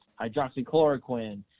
hydroxychloroquine